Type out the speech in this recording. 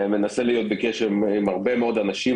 מנסה להיות בקשר עם הרבה אנשים.